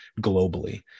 globally